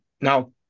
now